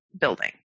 building